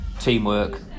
Teamwork